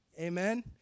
Amen